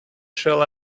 shall